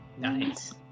Nice